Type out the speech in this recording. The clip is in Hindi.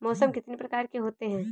मौसम कितनी प्रकार के होते हैं?